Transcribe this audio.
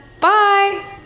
Bye